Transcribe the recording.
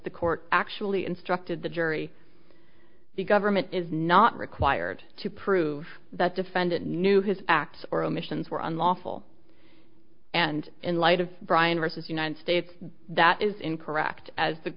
the court actually instructed the jury the government is not required to prove that defendant knew his acts or omissions were unlawful and in light of brian versus united states that is incorrect as the